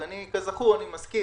אני מזכיר,